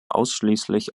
ausschließlich